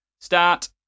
Start